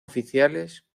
oficiales